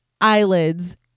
eyelids